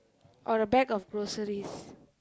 or a bag of groceries